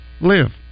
live